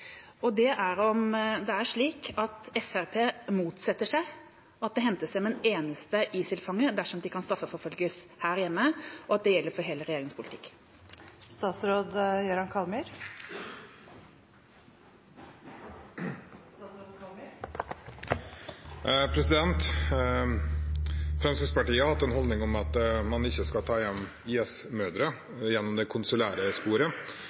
Det er om det er slik at Fremskrittspartiet motsetter seg at det hentes hjem en eneste ISIL-fange dersom de kan straffeforfølges her hjemme, og at det gjelder for hele regjeringas politikk. Fremskrittspartiet har hatt som holdning at man ikke skal ta hjem IS-mødre gjennom det konsulære sporet,